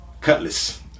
cutlass